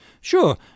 Sure